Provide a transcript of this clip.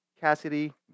Cassidy